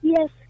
Yes